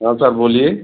हाँ सर बोलिए